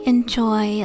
Enjoy